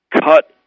cut